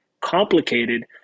complicated